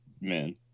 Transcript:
men